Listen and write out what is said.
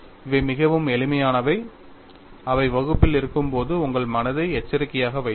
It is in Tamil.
இவை மிகவும் எளிமையானவை அவை வகுப்பில் இருக்கும்போது உங்கள் மனதை எச்சரிக்கையாக வைத்திருக்கும்